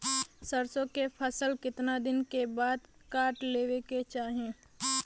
सरसो के फसल कितना दिन के बाद काट लेवे के चाही?